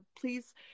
Please